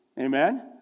Amen